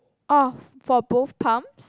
oh for both pounds